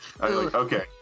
Okay